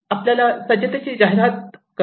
आपल्याला सज्जतेची जाहिरात करणे आवश्यक आहे